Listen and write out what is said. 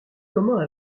comment